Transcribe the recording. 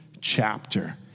chapter